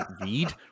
Read